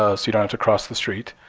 ah so you don't have to cross the street.